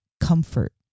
comfort